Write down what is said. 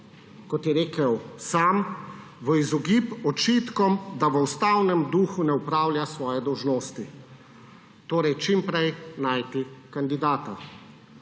kot je rekel sam, v izogib očitkom, da v ustavnem duhu ne opravlja svoje dolžnosti, torej čim prej najti kandidata.